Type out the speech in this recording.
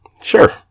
Sure